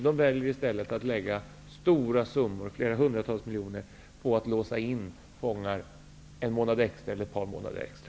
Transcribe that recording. De väljer i stället att lägga flera hundratals miljoner på att låsa in fångar ett par månader extra.